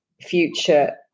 future